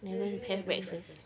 usually I don't eat breakfast